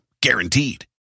Guaranteed